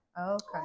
Okay